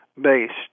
based